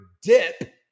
dip